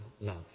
love